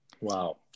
Wow